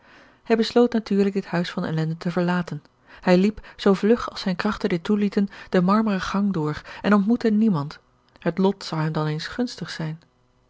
hij besloot natuurlijk dit huis van ellende te verlaten hij liep zoo vlug als zijne krachten dit toelieten den marmeren gang door en ontmoette niemand het lot zou hem dan eens gunstig zijn